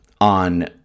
on